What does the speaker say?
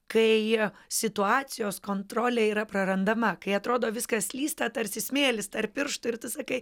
kai situacijos kontrolė yra prarandama kai atrodo viskas slysta tarsi smėlis tarp pirštų ir tu sakai